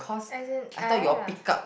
as in I had ah